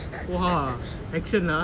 !wah! action ah